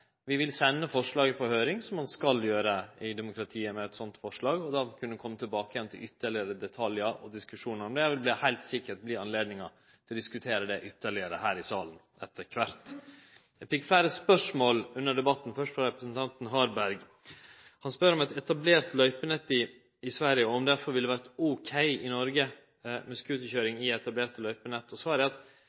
Vi vil sende forslaget på høyring – som ein skal gjere med eit sånt forslag i demokratiet – og kunne kome tilbake til ytterlegare detaljar og diskusjonar om det. Det vil heilt sikkert verte anledning til å diskutere det ytterlegare her i salen etter kvart. Eg fekk fleire spørsmål under debatten – først frå representanten Harberg: Han spør om eit etablert løypenett i Sverige, og om det ville vore ok med scooterkøyring i etablerte løypenett i Noreg. Svaret er